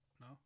No